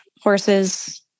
horses